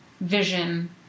vision